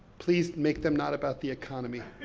please make them not about the economy.